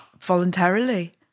voluntarily